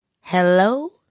Hello